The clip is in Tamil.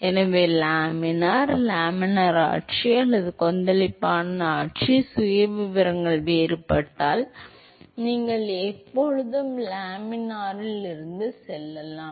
எனவே லேமினார் லேமினார் ஆட்சி அல்லது கொந்தளிப்பான ஆட்சி சுயவிவரங்கள் வேறுபட்டால் நீங்கள் எப்போதும் லேமினாரிலிருந்து செல்லலாம்